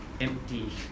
empty